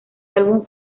álbum